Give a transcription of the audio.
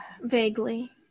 Vaguely